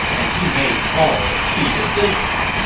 and he made all the key decisions.